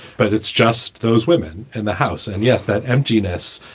but it's just those women in the house. and yes, that emptiness,